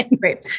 Great